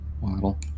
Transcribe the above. waddle